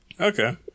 okay